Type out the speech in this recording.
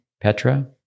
Petra